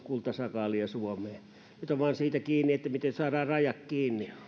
kultasakaalia suomeen nyt tämä on vain siitä kiinni miten saadaan rajat kiinni